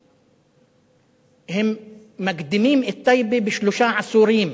הם מקדימים את טייבה בשלושה עשורים